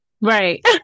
right